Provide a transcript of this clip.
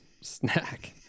snack